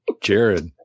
Jared